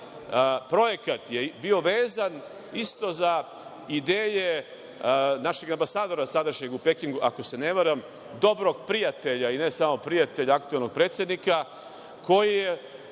projekat je bio vezan isto za ideje našeg sadašnjeg ambasadora u Pekingu, ako se ne varam, dobrog prijatelja i ne samo prijatelja aktuelnog predsednika, koji je